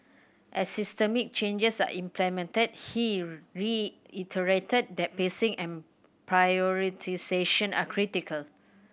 as systemic changes are implemented he reiterated that pacing and prioritisation are critical